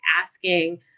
asking